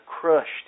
crushed